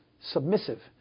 submissive